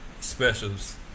specials